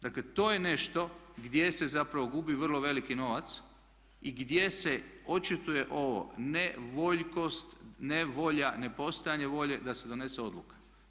Dakle to je nešto gdje se zapravo gubi vrlo veliki novac i gdje se očituje ovo nevoljkost, nevolja, nepostojanje volje da se donese odluka.